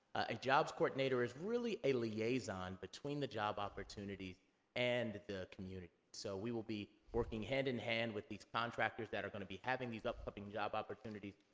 a jobs coordinator is really a liaison between the job opportunities and the community. so, we will be working hand-in-hand with these contractors that are gonna be having these upcoming job opportunities,